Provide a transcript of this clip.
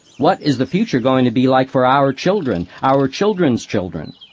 what is the future going to be like for our children, our children's children?